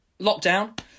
Lockdown